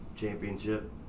championship